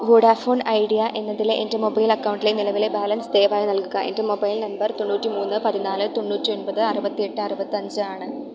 Vodafone Idea എന്നതിലെ എൻറ്റെ mobile അക്കൗണ്ടിലേ നിലവിലെ ബാലൻസ് ദയവായി നൽകുക എൻറ്റെ മൊബൈൽ നമ്പർ തൊണ്ണൂറ്റിമൂന്ന് പതിന്നാല് തൊണ്ണൂറ്റി ഒൻപത് അറുപത്തിയെട്ട് അറുപത്തഞ്ച് ആണ്